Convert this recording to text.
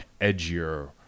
edgier